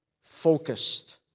focused